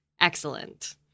excellent